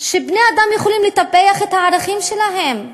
שבה בני-אדם יכולים לטפח את הערכים שלהם.